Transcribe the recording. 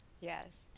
Yes